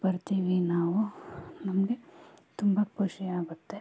ಬರ್ತೀವಿ ನಾವು ನಮಗೆ ತುಂಬ ಖುಷಿಯಾಗುತ್ತೆ